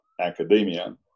academia